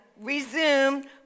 resume